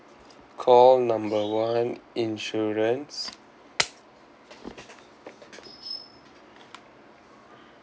call number one insurance